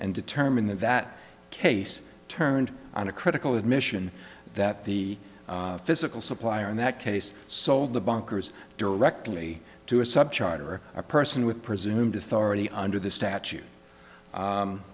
and determine that case turned on a critical admission that the physical supplier in that case sold the bunkers directly to a sub charter a person with presumed authority under the statute